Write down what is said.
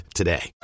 today